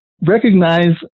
recognize